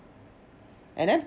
and then